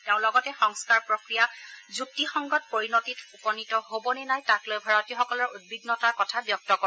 তেওঁ লগতে সংস্থাৰ প্ৰক্ৰিয়া যুক্তিসংগত পৰিণতিত উপনীত হ'ব নে নাই তাক লৈ ভাৰতীয়সকলৰ উদ্বিগ্নতাৰ কথা ব্যক্ত কৰে